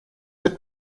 wird